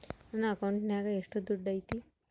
ನನ್ನ ಅಕೌಂಟಿನಾಗ ಎಷ್ಟು ದುಡ್ಡು ಐತಿ?